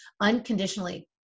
unconditionally